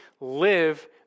live